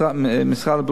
משרד הבריאות,